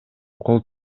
кол